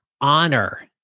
honor